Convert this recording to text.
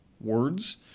words